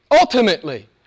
ultimately